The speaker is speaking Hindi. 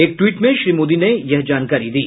एक ट्वीट में श्री मोदी ने यह जानकारी दी